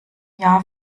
jahr